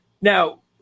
Now